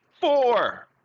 four